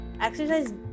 exercise